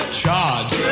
charge